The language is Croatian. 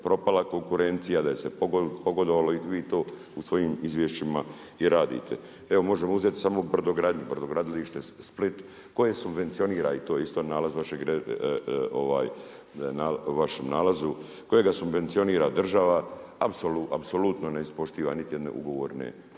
propala konkurencija, da ih se pogodovalo. I vi to u svojim izvješćima i radite. Evo možemo uzeti samo brodogradnju, brodogradilište Split koje subvencionira i to je isto nalaz vašeg, u vašem nalazu, kojega subvencionira država, apsolutno ne ispoštiva niti jedne ugovorne